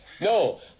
no